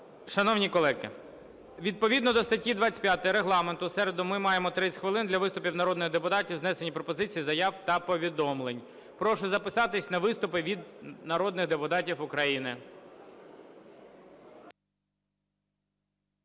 Шановні колеги, відповідно до статті 25 Регламенту в середу ми маємо 30 хвилин для виступів народних депутатів з внесенням пропозицій, заяв та повідомлень. Прошу записатись на виступи від народних депутатів України.